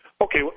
Okay